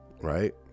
Right